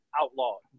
outlawed